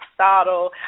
Aristotle